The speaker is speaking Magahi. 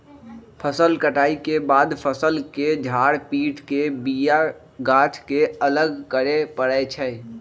फसल कटाइ के बाद फ़सल के झार पिट के बिया गाछ के अलग करे परै छइ